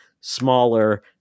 smaller